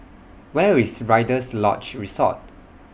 Where IS Rider's Lodge Resort